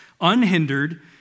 unhindered